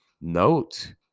Note